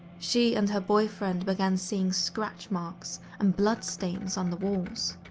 she and her boyfriend began seeing scratch marks and blood stains on the walls.